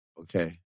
okay